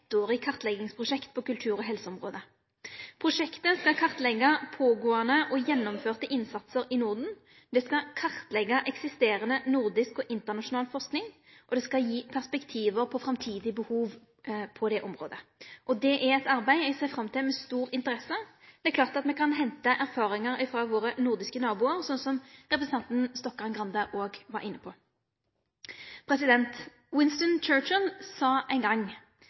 kartleggingsprosjekt på kultur- og helseområdet. Prosjektet skal kartleggje innsatsar som føregår og er gjennomførte i Norden, det skal kartleggje eksisterande nordisk og internasjonal forsking, og det skal gi perspektiv på framtidige behov på området. Det er eit arbeid eg ser fram til med stor interesse. Det er klart at me kan hente erfaringar få våre nordiske naboar, som representanten Stokkan-Grande òg var inne på. Winston Churchill sa ein gong: